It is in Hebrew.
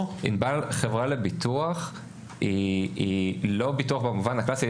ענבל חברה לביטוח היא לא ביטוח במובן הקלאסי.